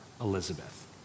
Elizabeth